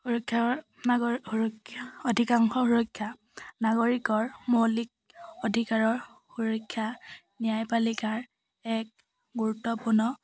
সুৰক্ষাৰ নাগৰিক সুৰক্ষা অধিকাংশ সুৰক্ষা নাগৰিকৰ মৌলিক অধিকাৰৰ সুৰক্ষা ন্যায়পালিকাৰ এক গুৰুত্বপূৰ্ণ